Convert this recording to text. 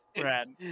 Brad